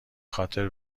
خاطر